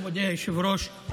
מכובדי היושב-ראש,